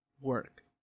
work